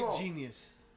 genius